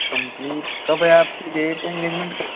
complete कब है आप की डेट इंगेजमेंट की